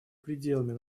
пределами